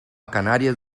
canarias